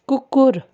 कुकुर